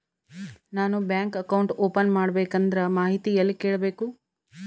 ನಾನು bank account open ಮಾಡಬೇಕಂದ್ರ ಮಾಹಿತಿ ಎಲ್ಲಿ ಕೇಳಬೇಕು?